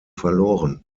verloren